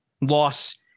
loss